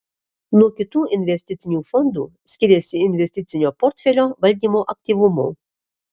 nuo kitų investicinių fondų skiriasi investicinio portfelio valdymo aktyvumu